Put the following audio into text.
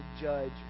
judge